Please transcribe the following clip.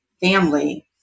family